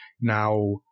Now